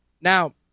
Now